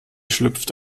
schlüpft